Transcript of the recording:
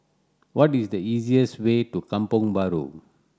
what is the easiest way to Kampong Bahru